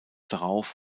darauf